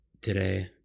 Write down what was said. today